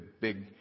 big